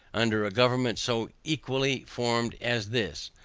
under a government so equally formed as this,